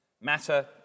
matter